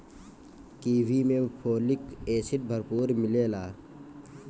kiwi में folic acid भरपूर मिलेला